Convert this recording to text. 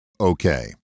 Okay